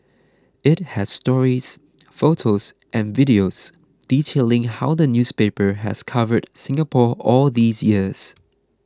it has stories photos and videos detailing how the newspaper has covered Singapore all these years